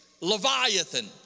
Leviathan